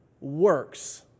works